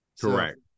correct